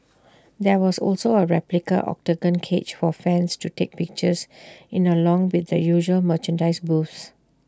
there was also A replica Octagon cage for fans to take pictures in along with the usual merchandise booths